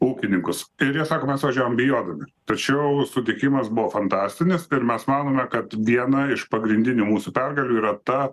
ūkininkus ir jie sako mes važiajam bijodami tačiau sutikimas buvo fantastinis ir mes manome kad viena iš pagrindinių mūsų pergalių yra ta